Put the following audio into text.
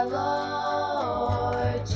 lord